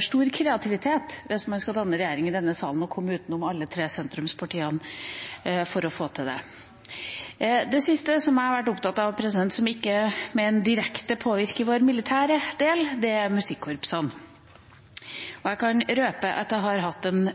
stor kreativitet til i denne salen hvis man skal danne regjering og komme utenom alle de tre sentrumspartiene for å få til det. Det siste jeg har vært opptatt av, som ikke direkte påvirker vår militære del, er musikkorpsene. Jeg kan røpe at jeg har hatt en